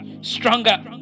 stronger